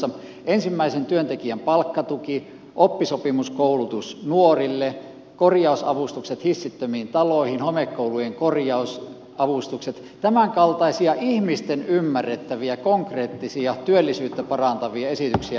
ensimmäi sen työntekijän palkkatuki oppisopimuskoulutus nuorille korjausavustukset hissittömiin taloihin homekoulujen korjausavustukset tämänkaltaisia ihmisten ymmärrettäviä konkreettisia työllisyyttä parantavia esityksiä nyt kaipaisimme